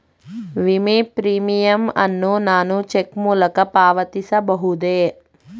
ವಿಮೆ ಪ್ರೀಮಿಯಂ ಅನ್ನು ನಾನು ಚೆಕ್ ಮೂಲಕ ಪಾವತಿಸಬಹುದೇ?